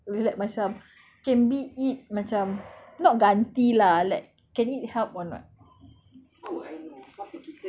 so maybe that's the time that like macam can be it macam not ganti lah like can it help or not